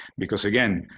because again,